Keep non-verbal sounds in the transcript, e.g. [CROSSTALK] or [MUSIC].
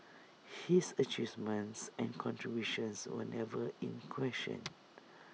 his achievements and contributions were never in question [NOISE]